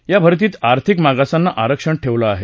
या भर्तीत आर्थिक मागासांना आरक्षण ठेवलं आहे